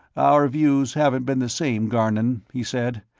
our views haven't been the same, garnon, he said,